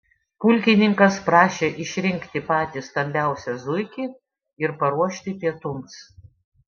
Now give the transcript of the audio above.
pulkininkas prašė išrinkti patį stambiausią zuikį ir paruošti pietums